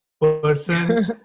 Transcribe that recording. person